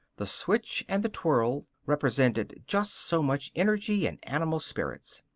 the switch and the twirl represented just so much energy and animal spirits.